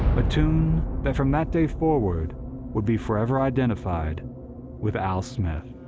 a tune that from that day forward would be forever identified with al smith.